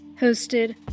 Hosted